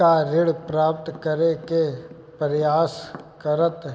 का ऋण प्राप्त करे के प्रयास करत